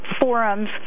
forums